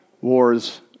wars